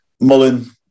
Mullen